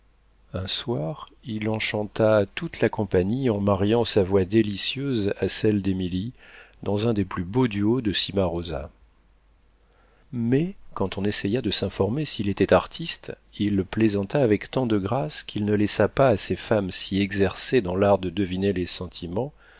un soir il enchanta toute la compagnie en mariant sa voix délicieuse à celle d'émilie dans un des plus beaux duos de cimarosa mais quand on essaya de s'informer s'il était artiste il plaisanta avec tant de grâce qu'il ne laissa pas à ces femmes si exercées dans l'art de deviner les sentiments